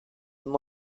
and